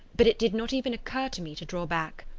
but it did not even occur to me to draw back.